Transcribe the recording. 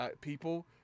People